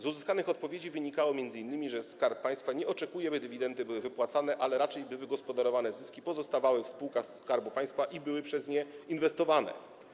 Z uzyskanych odpowiedzi wynikało m.in., że Skarb Państwa nie oczekuje, by dywidendy były wypłacane, ale raczej by wygospodarowane zyski pozostawały w spółkach Skarbu Państwa i były przez nie inwestowane.